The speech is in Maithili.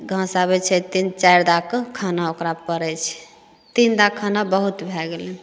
घाँस आबैत छै तिन चारि दाकऽ खाना ओकरा पड़ैत छै तीनदा खाना बहुत भए गेलै